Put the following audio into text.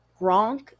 gronk